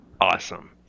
awesome